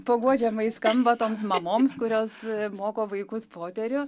paguodžiamai skamba toms mamoms kurios moko vaikus poterių